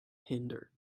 hinder